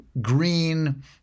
green